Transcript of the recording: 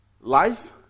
life